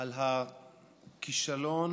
על הכישלון